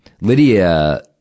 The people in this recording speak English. lydia